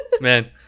Man-